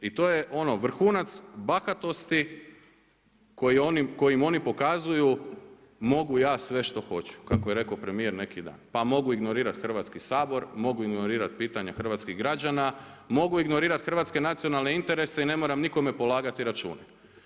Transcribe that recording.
I to je ono vrhunac bahatosti kojom oni pokazuju mogu ja sve što hoću, kako je rekao premijer neki dan, pa mogu ignorirati Hrvatski sabor, mogu ignorirati pitanja hrvatskih građana, mogu ignorirati hrvatske nacionalne interese i ne moram nikome polagati račune.